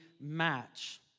match